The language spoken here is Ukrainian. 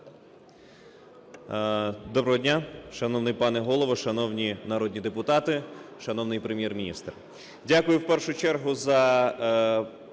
Доброго дня, шановний пане Голово, шановні народні депутати, шановний Прем'єр-міністра,